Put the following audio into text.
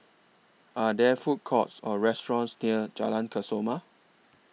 Are There Food Courts Or restaurants near Jalan Kesoma